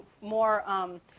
more